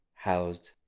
housed